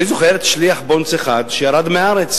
אני זוכר שליח "בונדס" אחד שירד מהארץ